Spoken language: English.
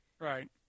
Right